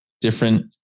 different